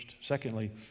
Secondly